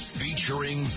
featuring